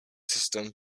system